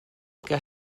que